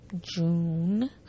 june